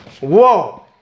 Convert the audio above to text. whoa